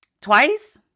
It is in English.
twice